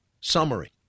Summary